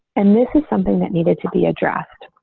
and this is something that needed to be addressed.